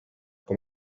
com